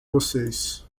vocês